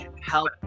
help